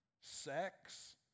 sex